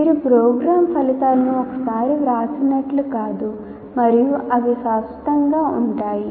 మీరు ప్రోగ్రామ్ ఫలితాలను ఒకసారి వ్రాసినట్లు కాదు మరియు అవి శాశ్వతంగా ఉంటాయి